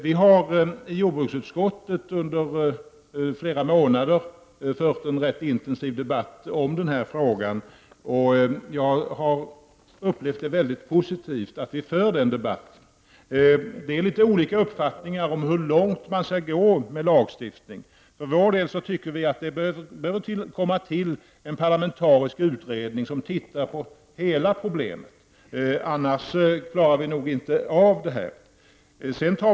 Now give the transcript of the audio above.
Vi har i jordbruksutskottet under flera månader fört en rätt intensiv debatt i denna fråga. Jag har upplevt det som mycket positivt att vi för den debatten. Vi har litet olika uppfattningar om hur långt man skall gå med lagstiftning. För vår del anser vi att det skall tillsättas en parlamentarisk utredning för att se över hela problemet. Annars klarar vi nog inte den här saken.